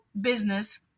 business